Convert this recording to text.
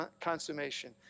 consummation